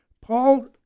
Paul